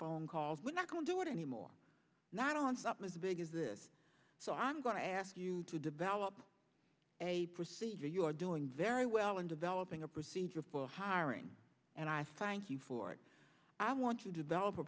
phone calls we're not going to do it anymore not on something as big as this so i'm going to ask you to develop a procedure you are doing very well in developing a procedure for hiring and i find you for i want to develop a